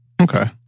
Okay